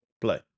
Play